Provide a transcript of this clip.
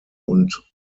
und